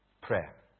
prayer